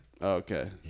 Okay